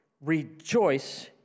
rejoice